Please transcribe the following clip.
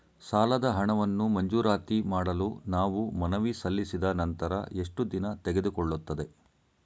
ಸಾಲದ ಹಣವನ್ನು ಮಂಜೂರಾತಿ ಮಾಡಲು ನಾವು ಮನವಿ ಸಲ್ಲಿಸಿದ ನಂತರ ಎಷ್ಟು ದಿನ ತೆಗೆದುಕೊಳ್ಳುತ್ತದೆ?